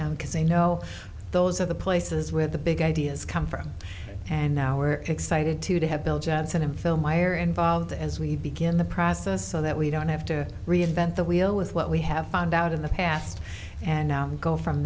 know those are the places where the big ideas come from and now are excited to to have bill johnson and phil meyer involved as we begin the process so that we don't have to reinvent the wheel with what we have found out in the past and now go from